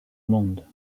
monde